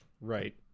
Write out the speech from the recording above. Right